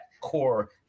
core